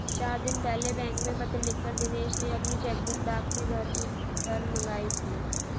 चार दिन पहले बैंक में पत्र लिखकर दिनेश ने अपनी चेकबुक डाक से घर ही पर मंगाई थी